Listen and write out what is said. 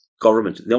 government